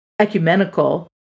ecumenical